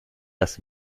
das